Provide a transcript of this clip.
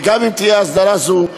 וגם אם תהיה הסדרה כזו,